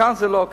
וכאן זה לא כך.